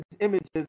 images